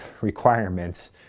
requirements